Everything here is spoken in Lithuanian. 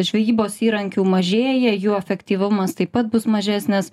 žvejybos įrankių mažėja jų efektyvumas taip pat bus mažesnis